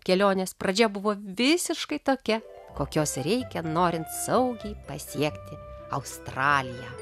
kelionės pradžia buvo visiškai tokia kokios reikia norint saugiai pasiekti australiją